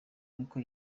niko